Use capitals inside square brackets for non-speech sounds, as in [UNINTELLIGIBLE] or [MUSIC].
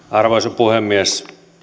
[UNINTELLIGIBLE] arvoisa puhemies